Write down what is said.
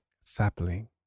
sapling